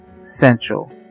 Central